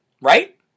right